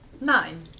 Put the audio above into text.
Nine